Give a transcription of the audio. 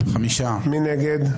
מי נגד?